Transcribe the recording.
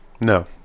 No